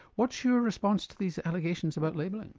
what's your response to these allegations about labelling?